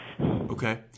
Okay